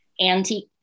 antique